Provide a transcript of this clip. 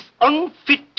unfit